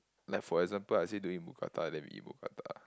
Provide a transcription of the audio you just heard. like for example I said to eat mookata we eat mookata